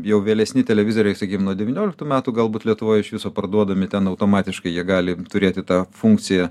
jau vėlesni televizoriai sakykim nuo devynioliktų metų galbūt lietuvoj iš viso parduodami ten automatiškai jie gali turėti tą funkciją